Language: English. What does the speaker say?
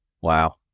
Wow